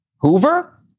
Hoover